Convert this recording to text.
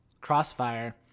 Crossfire